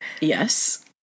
yes